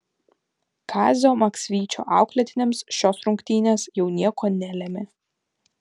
kazio maksvyčio auklėtiniams šios rungtynės jau nieko nelėmė